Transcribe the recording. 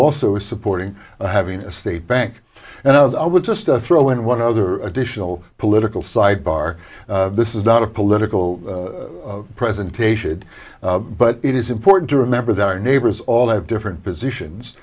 is supporting having a state bank and i would just throw in one other additional political side bar this is not a political presentation but it is important to remember that our neighbors all have different positions